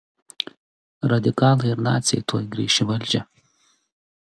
radikalai ir naciai tuoj grįš į valdžią